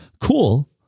Cool